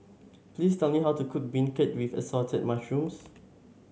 please tell me how to cook beancurd with Assorted Mushrooms